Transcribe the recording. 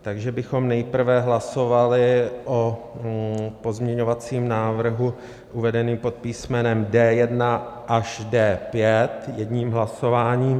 Takže bychom nejprve hlasovali o pozměňovacím návrhu uvedeném pod písmenem D1 až D5 jedním hlasováním.